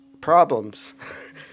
problems